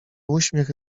uśmiech